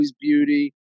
beauty